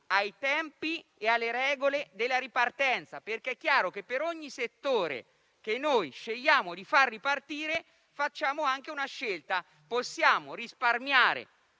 ai tempi e alle regole della ripartenza. È chiaro infatti che, per ogni settore che scegliamo di far ripartire, facciamo anche una scelta: possiamo risparmiare